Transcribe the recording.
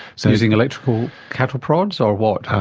so using electrical cattle prods or what?